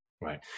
Right